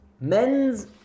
men's